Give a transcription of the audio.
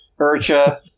urcha